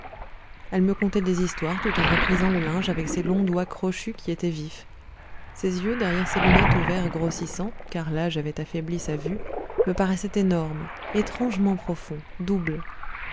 elle me contait des histoires tout en reprisant le linge avec ses longs doigts crochus qui étaient vifs ses yeux derrière ses lunettes aux verres grossissants car l'âge avait affaibli sa vue me paraissaient énormes étrangement profonds doubles